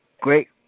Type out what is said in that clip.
great